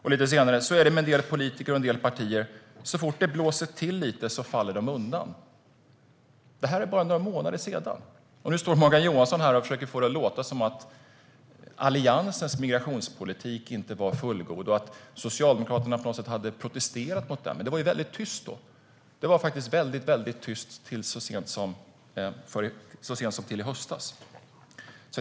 Vidare sa han: Så är det med en del politiker och partier. Så fort det blåser till lite faller de undan. Det är bara några månader sedan, men nu står Morgan Johansson här och försöker få det att låta som att Alliansens migrationspolitik inte var fullgod och att Socialdemokraterna på något sätt hade protesterat mot den. Men det var faktiskt väldigt tyst fram till i höstas.